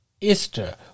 Easter